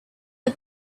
her